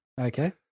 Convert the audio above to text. Okay